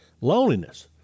Loneliness